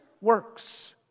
works